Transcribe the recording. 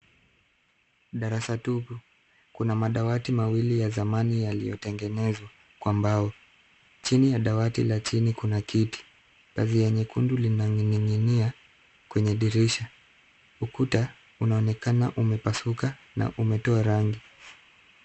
Darasa tupu. Kuna madawati mawili ya zamani yaliyotengenezwa kwa mbao. Chini ya dawati la chini kuna kiti. Pazia nyekundu linaning'inia kwenye dirisha. Ukuta unaonekana umepasuka na umetoa rangi.